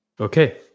Okay